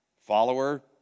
follower